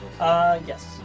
Yes